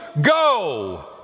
go